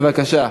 בבקשה.